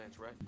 right